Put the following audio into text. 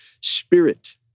spirit